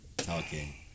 okay